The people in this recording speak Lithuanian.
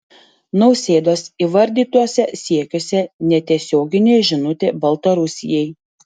nausėdos įvardytuose siekiuose netiesioginė žinutė baltarusijai